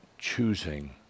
choosing